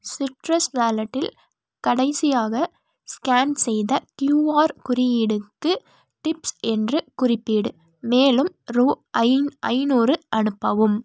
citrus வாலெட்டில் கடைசியாக scan செய்த கியூஆர் குறியீடுக்கு டிப்ஸ் என்று குறிப்பீடு மேலும் ரூ ஐ ஐந்நூறு அனுப்பவும்